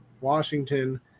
Washington